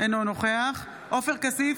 אינו נוכח עופר כסיף,